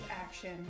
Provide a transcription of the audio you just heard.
action